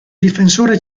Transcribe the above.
difensore